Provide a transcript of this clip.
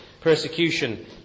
persecution